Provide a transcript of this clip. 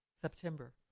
September